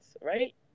right